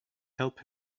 help